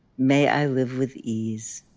may i live with ease.